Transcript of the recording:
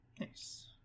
Nice